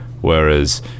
whereas